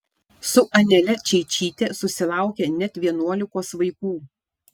su anele čeičyte susilaukė net vienuolikos vaikų